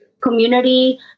community